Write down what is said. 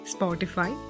Spotify